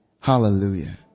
Hallelujah